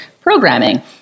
programming